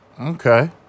okay